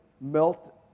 melt